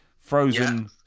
frozen